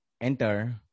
Enter